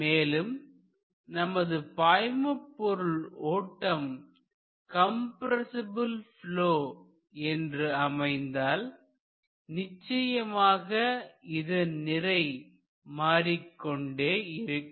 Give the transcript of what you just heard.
மேலும் நமது பாய்மபொருள் ஓட்டம் கம்ரசிபில் ப்லொ என்று அமைந்தால் நிச்சயமாக இதன் நிறை மாறிக்கொண்டே இருக்கும்